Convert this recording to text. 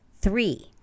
Three